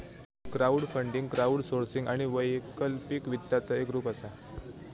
crowdfunding crowdsourcing आणि वैकल्पिक वित्ताचा एक रूप असा